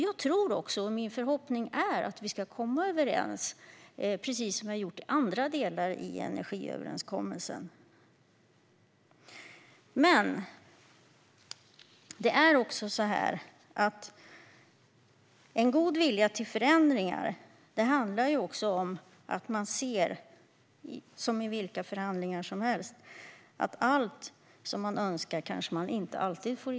Jag tror också, och min förhoppning är, att vi ska komma överens, precis som vi har gjort i andra delar i energiöverenskommelsen. Men en god vilja till förändringar handlar också om, som i vilka förhandlingar som helst, att man kanske inte alltid kan få igenom allt man önskar.